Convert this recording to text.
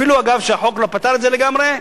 אפילו, אגב, שהחוק לא פתר את זה לגמרי.